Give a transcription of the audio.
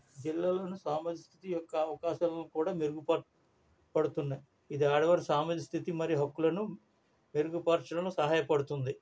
జిల్లాలోని సామిష్టి యొక్క అవకాశాలను కూడా మెరుగుపర పడుతున్నాయి ఇది ఆడవారి సామాజిక స్థితి మరియు హక్కులను మెరుగుపరచడంలో సహాయపడుతుంది